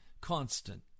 constant